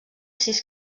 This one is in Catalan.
sis